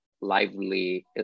lively